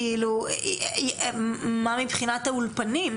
מה מבחינת האולפנים?